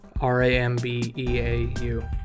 R-A-M-B-E-A-U